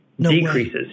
Decreases